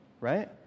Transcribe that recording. right